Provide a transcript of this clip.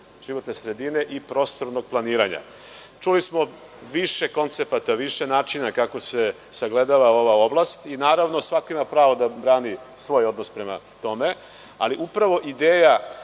životne sredine i prostornog planiranja. Čuli smo više koncepata, više načina kako se sagledava ova oblast, i naravno svako ima pravo da brani svoj odnos prema tome, ali upravo ideja